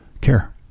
care